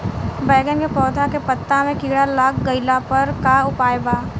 बैगन के पौधा के पत्ता मे कीड़ा लाग गैला पर का उपाय बा?